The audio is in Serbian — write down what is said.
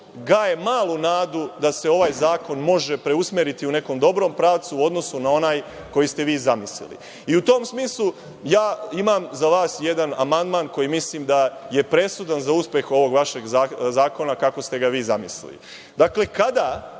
gaje malu nadu da se ovaj zakon može preusmeriti u nekom dobrom pravcu u odnosu na onaj koji ste vi zamislili.U tom smislu, ja imam za vas jedan amandman koji mislim da je presudan za uspeh ovog vašeg zakona, onako kako ste ga vi zamislili. Dakle, kada